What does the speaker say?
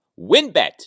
WinBet